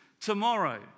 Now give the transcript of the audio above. tomorrow